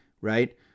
right